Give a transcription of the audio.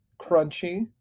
crunchy